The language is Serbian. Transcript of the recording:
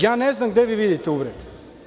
Ja ne znam gde vi vidite uvrede.